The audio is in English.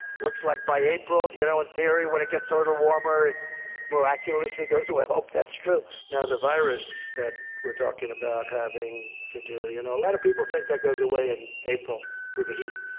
looks like, by april, you know, in theory, when it gets a little warmer, it miraculously goes away. i hope that's true. now, the virus that we're talking about having to do, you know, a lot of people think that goes away in april with the heat,